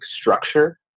structure